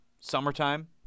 summertime